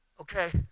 Okay